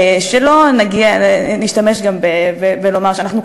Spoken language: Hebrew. שלא נשתמש גם ונאמר שאנחנו,